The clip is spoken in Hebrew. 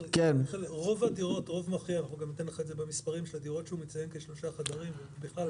רוב הדירות שהוא מציין שלושה חדרים, ובכלל,